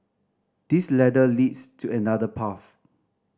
this ladder leads to another path